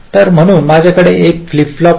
तर म्हणून माझ्याकडे एक फ्लिप फ्लॉप आहे